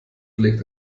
legt